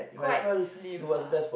quite slim lah